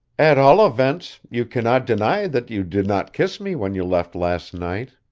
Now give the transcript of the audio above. at all events you cannot deny that you did not kiss me when you left last night.